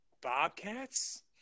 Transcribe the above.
Bobcats